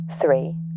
three